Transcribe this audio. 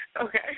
Okay